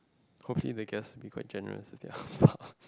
hopefully the guests be quite generous with their ang-baos